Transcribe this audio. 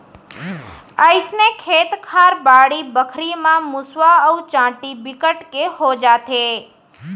अइसने खेत खार, बाड़ी बखरी म मुसवा अउ चाटी बिकट के हो जाथे